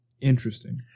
Interesting